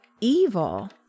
evil